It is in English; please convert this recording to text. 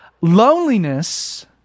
Loneliness